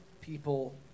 people